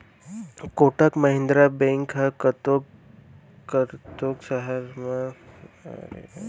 Kotak Mahindra bank ह घलोक कतको सहर मन म देखे सुने बर मिलथे